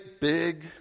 big